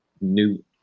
new